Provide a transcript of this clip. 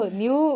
new